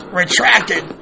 retracted